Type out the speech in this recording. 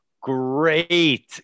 great